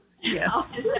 Yes